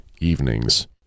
evenings